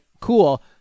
cool